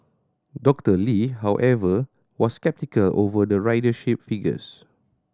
Dr Lee however was sceptical over the ridership figures